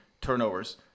turnovers